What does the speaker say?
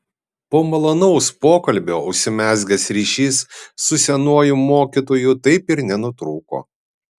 po malonaus pokalbio užsimezgęs ryšys su senuoju mokytoju taip ir nenutrūko